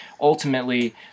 ultimately